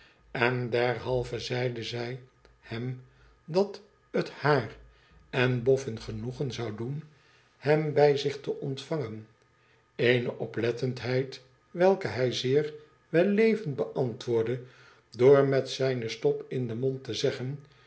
en derhalve zeide zij hem dat het haar en boffin genoegen zou doen hem bij zich te ontvangen eene oplettendheid welke hij zeer wellevend beantwoordde door met zijne stop in de mond te zeggen